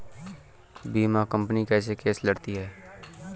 बीमा company case कैसे लड़ती है?